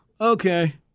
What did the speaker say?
Okay